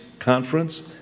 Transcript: conference